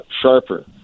sharper